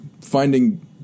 finding